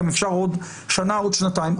גם אפשר עוד שנה, עוד שנתיים.